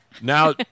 Now